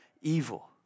evil